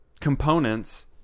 components